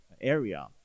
area